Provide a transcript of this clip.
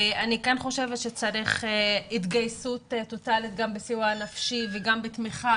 אני כן חושבת שצריך התגייסות טוטלית גם בסיוע נפשי וגם בתמיכה